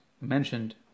Mentioned